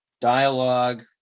dialogue